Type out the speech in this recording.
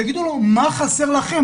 תגידו לנו מה חסר לכם.